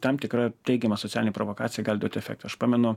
tam tikra teigiama socialinė provokacija gali duot efektą aš pamenu